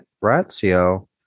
Ratio